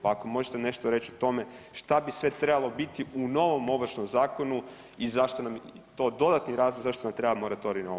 Pa ako možete nešto reći o tome šta bi sve trebalo biti u novom Ovršnom zakonu i zašto nam je to dodatni zakon zašto nam treba moratorij na ovrhe.